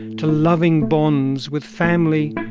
to loving bonds with family,